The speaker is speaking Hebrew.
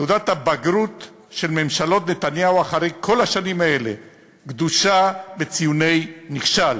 תעודת הבגרות של ממשלות נתניהו אחרי כל השנים האלה גדושה בציוני נכשל,